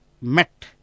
met